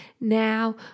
Now